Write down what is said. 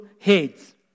heads